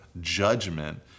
judgment